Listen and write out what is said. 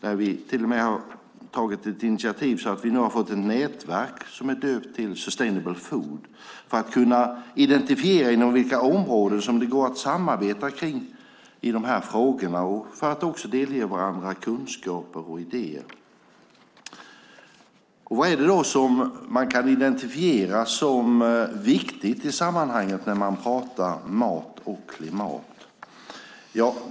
Vi har till och med tagit ett initiativ så att vi nu har fått ett nätverk som är döpt till Sustainable Food för att kunna identifiera på vilka områden det går att samarbeta i de här frågorna och för att också delge varandra kunskaper och idéer. Vad är det då som man kan identifiera som viktigt i sammanhanget när man pratar mat och klimat?